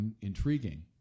intriguing